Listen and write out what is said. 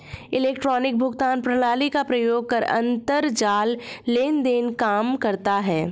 electronic भुगतान प्रणाली का प्रयोग कर अंतरजाल लेन देन काम करता है